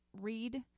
read